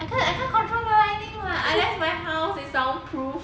I can't control the lightning [what] unless my house is sound proof